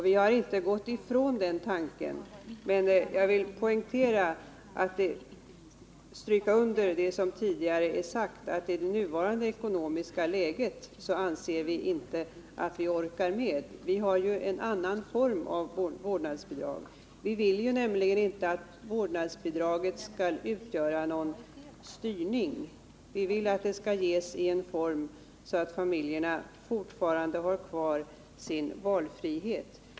Vi har inte gått ifrån den tanken, men jag vill stryka under det som tidigare är sagt, att i nuvarande ekonomiska läge anser vi inte att vi orkar med det. Folkpartiet har föreslagit en annan form av vårdnadsbidrag än den som centern och moderaterna förordar. Vi vill nämligen inte att vårdnadsbidraget skall utgöra någon styrning. Vi vill att det skall ges i sådan form att familjerna fortfarande har kvar sin valfrihet.